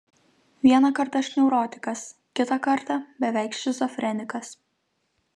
vieną kartą aš neurotikas kitą kartą beveik šizofrenikas